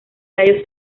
tallos